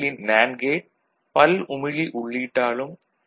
NAND கேட் பல்உமிழி உள்ளீட்டாலும் டி